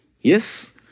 Yes